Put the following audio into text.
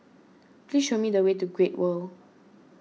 please show me the way to Great World